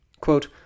Quote